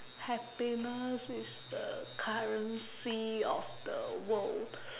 happiness is the currency of the world